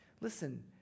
Listen